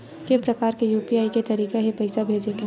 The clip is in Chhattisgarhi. के प्रकार के यू.पी.आई के तरीका हे पईसा भेजे के?